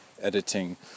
editing